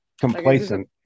complacent